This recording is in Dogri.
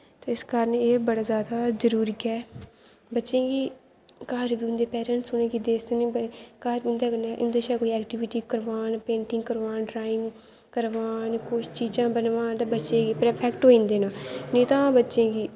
इस कारण एह् बड़ा जैदा जरूरी ऐ बच्चें गी घर बी उं'दे पेरैंटस उ'नें गी दस्सदे न घर उं'दै शा दा ऐक्टिविटी करवान ड्राइंग करान कुछ चीजां बनवान ते बच्चें गी परफैक्ट होई जंदे न निं तां बच्चें गी